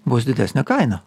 bus didesnė kaina